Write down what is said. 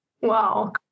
Wow